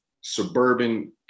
suburban